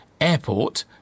airport